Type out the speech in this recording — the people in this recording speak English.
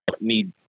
need